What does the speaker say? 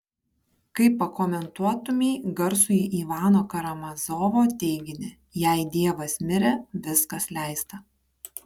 kaip pakomentuotumei garsųjį ivano karamazovo teiginį jei dievas mirė viskas leista